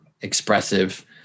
expressive